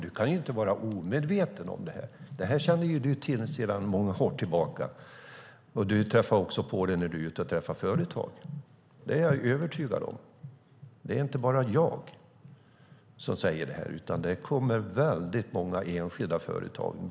Du kan ju inte vara omedveten om problemet. Det känner du till sedan många år tillbaka. Du träffar också på det när du är ute och träffar företagare. Det är jag övertygad om. Det är inte bara jag som säger det här, utan det gör också väldigt många enskilda företagare.